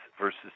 versus